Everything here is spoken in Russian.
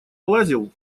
лазил